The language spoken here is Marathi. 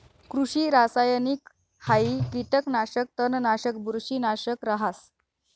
कृषि रासायनिकहाई कीटकनाशक, तणनाशक, बुरशीनाशक रहास